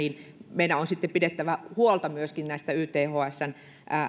meidän on sitten pidettävä huolta myöskin näistä ythsn